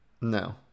No